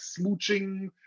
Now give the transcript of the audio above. smooching